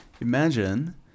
imagine